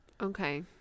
okay